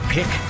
Pick